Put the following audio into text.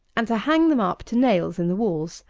and to hang them up to nails in the walls,